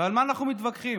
ועל מה אנחנו מתווכחים?